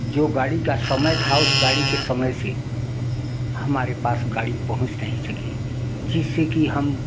जो गाड़ी का समय था उस गाड़ी के समय से हमारे पास गाड़ी पहुँच नहीं सकी जिससे कि हम